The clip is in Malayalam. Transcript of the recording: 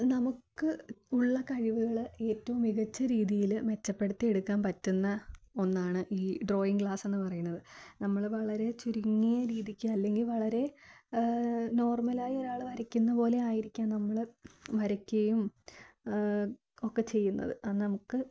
നമുക്ക് ഉള്ള കഴിവുകൾ ഏറ്റവും മികച്ച രീതിയിൽ മെച്ചപ്പെടുത്തി എടുക്കാൻ പറ്റുന്ന ഒന്നാണ് ഈ ഡ്രോയിങ് ക്ലാസ്സ് ഒന്ന് പറയുന്നത് നമ്മൾ വളരെ ചുരുങ്ങിയ രീതിക്ക് അല്ലെങ്കിൽ വളരെ നോർമലായി ആൾ വരയ്ക്കുന്ന പോലെയായിരിക്കും നമ്മൾ വരയ്ക്കുകയും ഒക്കെ ചെയ്യുന്നത് നമുക്ക്